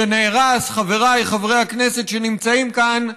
שנהרס, חבריי חברי הכנסת שנמצאים כאן,